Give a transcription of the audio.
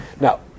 Now